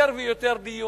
יותר ויותר דיונים,